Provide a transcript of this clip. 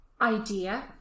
idea